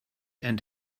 and